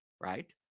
right